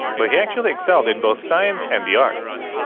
but he actually excelled in both science and the arts.